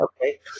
okay